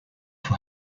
for